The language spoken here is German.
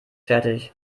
fertig